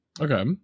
Okay